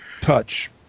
touch